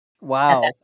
Wow